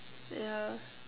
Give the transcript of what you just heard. yeah